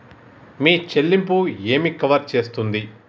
మీ చెల్లింపు ఏమి కవర్ చేస్తుంది?